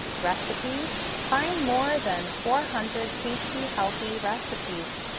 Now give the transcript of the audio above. recipes, find more than four hundred tasty, healthy recipes,